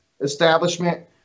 establishment